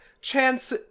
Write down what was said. Chance